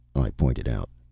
i pointed out.